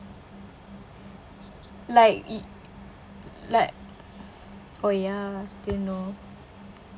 like you~ like oh ya still no